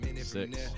six